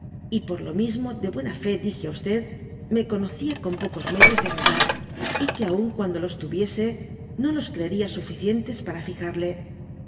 y por lo mismo de huena íé dije á me conocia con pocos medios de agradar y que ami cuando los tuviese no los creería suficientes para fijarle